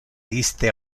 iste